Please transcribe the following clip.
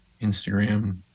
Instagram